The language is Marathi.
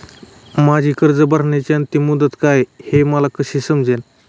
माझी कर्ज भरण्याची अंतिम मुदत काय, हे मला कसे समजेल?